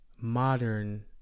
Modern